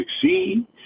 succeed